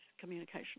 communication